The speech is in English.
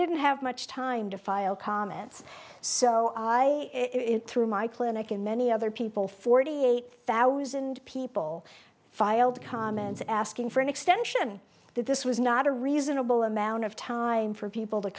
didn't have much time to file comments so i threw my clinic in many other people forty eight thousand people filed comments asking for an extension that this was not a reasonable amount of time for people to